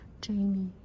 Jamie